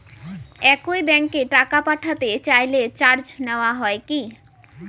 একই ব্যাংকে টাকা পাঠাতে চাইলে চার্জ নেওয়া হয় কি?